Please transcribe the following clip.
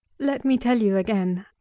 let me tell you again.